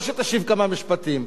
לא שתשיב כמה משפטים.